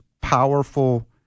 powerful